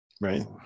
right